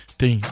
tem